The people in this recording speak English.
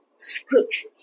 Scriptures